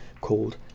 called